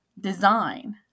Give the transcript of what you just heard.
design